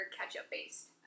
ketchup-based